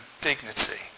dignity